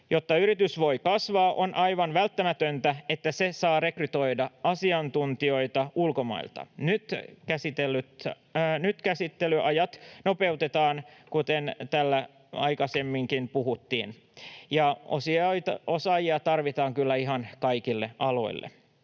Jotta yritys voi kasvaa, on aivan välttämätöntä, että se saa rekrytoida asiantuntijoita ulkomailta. Nyt käsittelyaikoja nopeutetaan, kuten täällä aikaisemminkin puhuttiin, ja osaajia tarvitaan kyllä ihan kaikille aloille.